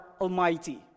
Almighty